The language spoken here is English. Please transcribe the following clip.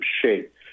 shape